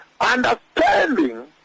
understanding